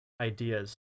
ideas